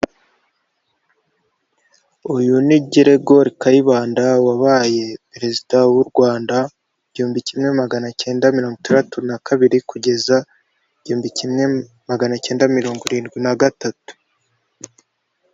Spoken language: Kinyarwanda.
Uyu ni Geregori Kayibanda wabaye perezida w'u Rwanda igihumbi kimwe magana icyenda mirongo itandatu na kabiri, kugeza igihumbi kimwe magana icyenda mirongo irindwi na gatatu.